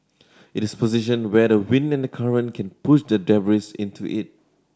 it is positioned where the wind and the current can push the debris into it